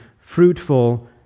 fruitful